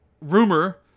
rumor